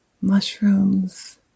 mushrooms